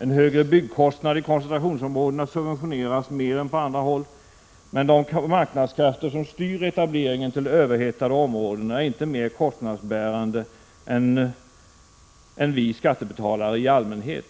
En högre byggkostnad i koncentrationsområdena subventioneras mer än på andra håll. Men de marknadskrafter som styr etableringen till överhettade områden är inte mer kostnadsbärande än vi skattebetalare i allmänhet.